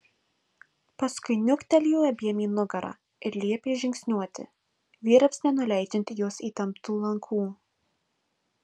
paskui niuktelėjo abiem į nugarą ir liepė žingsniuoti vyrams nenuleidžiant į juos įtemptų lankų